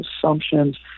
assumptions